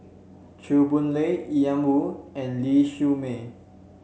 Chew Boon Lay Ian Woo and Ling Siew May